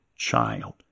child